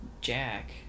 Jack